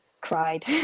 cried